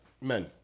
men